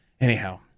Anyhow